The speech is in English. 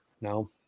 No